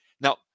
Now